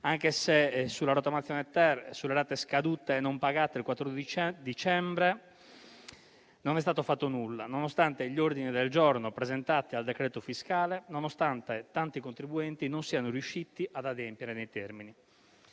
anche se sulla rottamazione-*ter* e sulle rate scadute e non pagate il 14 dicembre non è stato fatto nulla, nonostante gli ordini del giorno presentati al decreto fiscale e nonostante tanti contribuenti non siano riusciti ad adempiere nei termini.